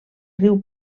riu